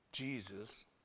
Jesus